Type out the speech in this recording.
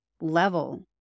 level